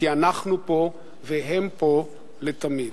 כי אנחנו פה והם פה לתמיד.